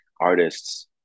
artists